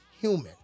human